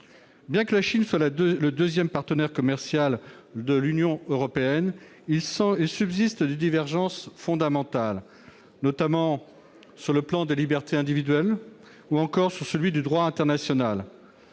Bien que ce pays soit le deuxième partenaire commercial de l'Union européenne, il subsiste des divergences fondamentales, notamment sur le plan des libertés individuelles ou celui du droit international.